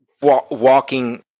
walking